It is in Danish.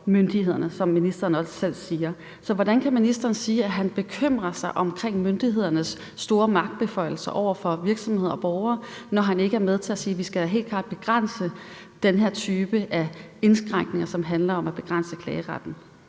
som ministeren også selv siger. Så hvordan kan ministeren sige, at han bekymrer sig omkring myndighedernes store magtbeføjelser over for virksomheder og borgere, når han ikke er med til at sige, at vi da helt klart skal begrænse den her type af indskrænkninger, som handler om at begrænse klageretten?